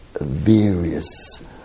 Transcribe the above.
various